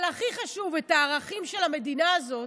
אבל הכי חשוב, את הערכים של המדינה הזאת,